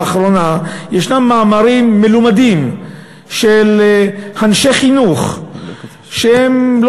לאחרונה ישנם מאמרים מלומדים של אנשי חינוך שלא